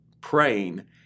praying